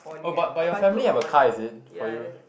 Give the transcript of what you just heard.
oh but but your family have a car is it for you